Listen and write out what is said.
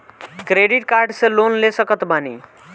Credit card से loan ले सकत बानी?